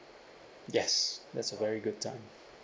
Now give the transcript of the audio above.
yes that's a very good time